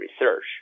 research